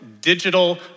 digital